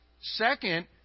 Second